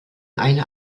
eine